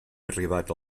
arribat